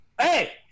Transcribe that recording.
Hey